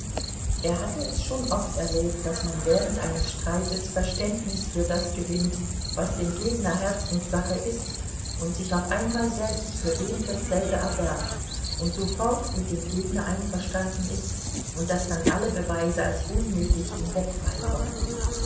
er hatte es schon oft erlebt daß man während eines streites verständnis für das gewinnt was dem gegner herzenssache ist und sich auf einmal selbst für ebendasselbe erwärmt und sofort mit dem gegner einverstanden ist und daß dann alle beweise als unnötig in wegfall kommen